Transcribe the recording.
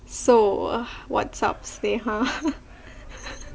so what's up sneeha